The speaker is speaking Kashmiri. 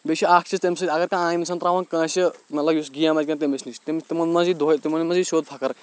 بیٚیہِ چھُ اکھ چیٖز تَمہِ سۭتۍ اَگر کانٛہہ عام اِنسان تراون کٲنٛسہِ مطلب یُس گیم آسہِ گنٛدان تٔمِس نِش تِمن منٛز یی دۄہے تِمن منٛز یہِ سیٚود فَخر